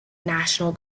national